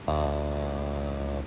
err